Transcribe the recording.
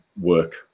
work